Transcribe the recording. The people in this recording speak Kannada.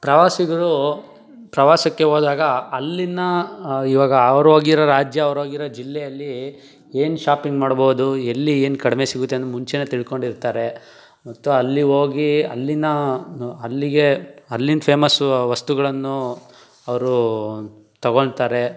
ಪ್ರವಾಸಿಗರು ಪ್ರವಾಸಕ್ಕೆ ಹೋದಾಗ ಅಲ್ಲಿನ ಇವಾಗ ಅವ್ರು ಹೋಗಿರೊ ರಾಜ್ಯ ಅವ್ರು ಹೋಗಿರೊ ಜಿಲ್ಲೆಯಲ್ಲಿ ಏನು ಶಾಪಿಂಗ್ ಮಾಡ್ಬೋದು ಎಲ್ಲಿ ಏನು ಕಡಿಮೆ ಸಿಗುತ್ತೆ ಅಂತ ಮುಂಚೆನೇ ತಿಳ್ಕೊಂಡಿರ್ತಾರೆ ಮತ್ತು ಅಲ್ಲಿ ಹೋಗಿ ಅಲ್ಲಿನ ಅಲ್ಲಿಗೆ ಅಲ್ಲಿನ ಫೇಮಸ್ಸು ವಸ್ತುಗಳನ್ನು ಅವರು ತೊಗೊಂತಾರೆ